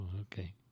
okay